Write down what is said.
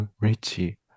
Richie